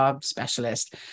specialist